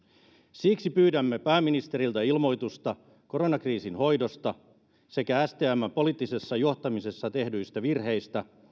siksi pyydämme pääministeriltä ilmoitusta koronakriisin hoidosta sekä stmn poliittisessa johtamisessa tehdyistä virheistä